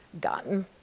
gotten